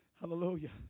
Hallelujah